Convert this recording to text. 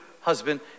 husband